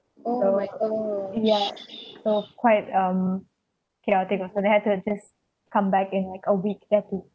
so yeah so quite um chaotic also they had to just come back in like a week they had to